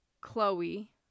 Chloe